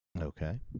Okay